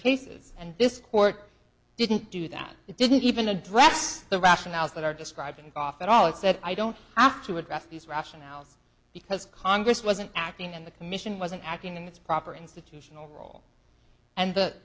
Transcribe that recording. cases and this court didn't do that it didn't even address the rationales that are describing off it all it said i don't have to address these rationales because congress wasn't acting in the commission wasn't acting in its proper institutional role and the